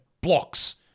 Blocks